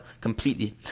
completely